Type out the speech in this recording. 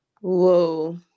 Whoa